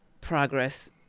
progress